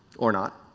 or not.